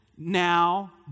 Now